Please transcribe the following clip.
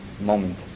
moment